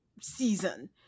season